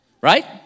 Right